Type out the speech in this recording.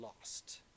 lost